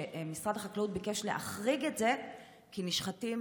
שמשרד החקלאות ביקש להחריג את זה כי נשחטים